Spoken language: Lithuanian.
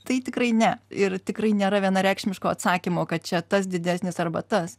tai tikrai ne ir tikrai nėra vienareikšmiško atsakymo kad čia tas didesnis arba tas